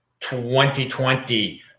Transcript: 2020